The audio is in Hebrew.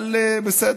אבל בסדר.